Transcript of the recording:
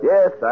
Yes